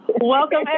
Welcome